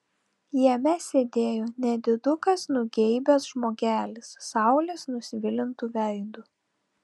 jame sėdėjo nedidukas nugeibęs žmogelis saulės nusvilintu veidu